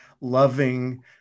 loving